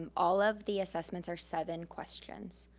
all of the assessments are seven questions.